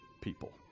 people